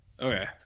Okay